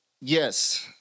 Yes